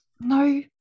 no